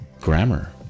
grammar